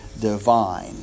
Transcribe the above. divine